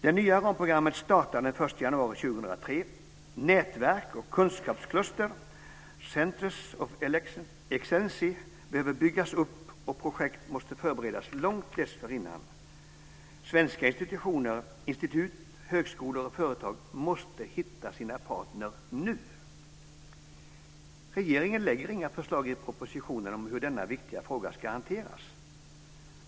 Det nya ramprogrammet startar den 1 januari 2003. Nätverk och kunskapskluster behöver byggas upp, och projekt måste förberedas långt dessförinnan. Svenska institutioner, institut, högskolor och företag måste hitta sina partner nu." Regeringen lägger inte fram några förslag i propositionen om hur denna viktiga fråga ska hanteras.